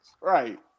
Right